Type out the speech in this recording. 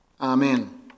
Amen